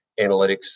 analytics